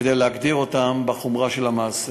כדי להגדיר אותם בחומרה של המעשה.